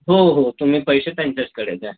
हो हो तुम्ही पैसे त्यांच्याचकडे द्या